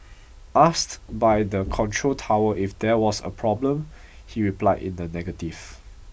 asked by the control tower if there was a problem he replied in the negative